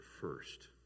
first